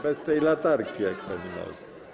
Bez tej latarki, jak pani może.